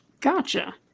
Gotcha